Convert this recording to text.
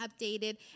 updated